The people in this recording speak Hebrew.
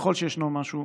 ככל שישנו משהו,